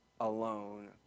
alone